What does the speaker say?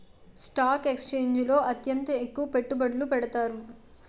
stock ఎక్స్చేంజిల్లో అత్యంత ఎక్కువ పెట్టుబడులు పెడతారు